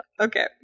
okay